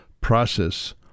process